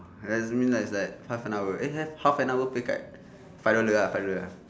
has means like is that half an hour eh have half an hour pay cut five dollar ah five dollar